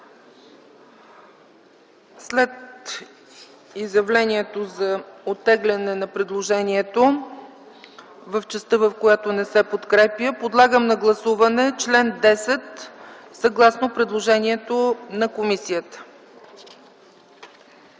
След изявлението за оттегляне на предложението в частта, в която не се подкрепя, подлагам на гласуване чл. 10, съгласно предложението на комисията.